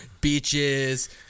beaches